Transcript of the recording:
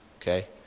Okay